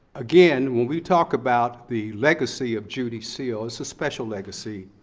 again, when we talk about the legacy of judy seal, it's a special legacy,